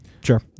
Sure